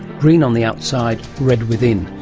green on the outside, red within,